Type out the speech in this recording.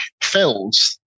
fills